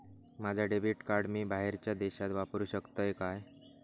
माझा debit card मी बाहेरच्या देशात वापरू शकतय काय?